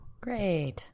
Great